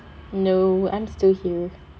no I'm still here